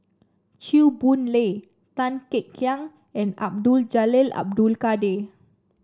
Chew Boon Lay Tan Kek Hiang and Abdul Jalil Abdul Kadir